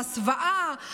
בהסוואה,